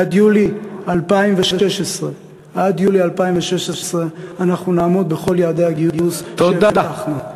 עד יולי 2016 אנחנו נעמוד בכל יעדי הגיוס שהבטחנו.